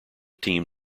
team